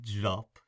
drop